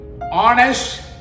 honest